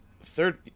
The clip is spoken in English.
third